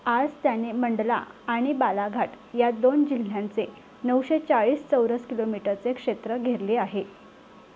आज त्याने मंडला आणि बालाघाट या दोन जिल्ह्यांचे नऊशे चाळीस चौरस किलोमीटरचे क्षेत्र घेरले आहे